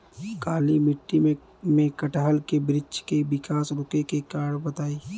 काली मिट्टी में कटहल के बृच्छ के विकास रुके के कारण बताई?